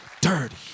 dirty